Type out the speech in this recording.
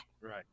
right